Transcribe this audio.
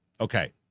Okay